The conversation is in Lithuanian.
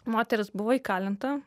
moteris buvo įkalinta